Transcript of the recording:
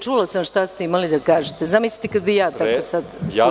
Čula sam šta ste imali da kažete, zamislite kad bih ja tako sada.